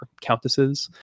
countesses